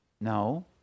no